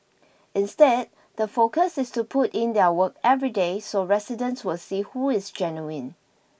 instead the focus is to put in their work every day so residents will see who is genuine